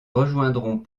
rejoindront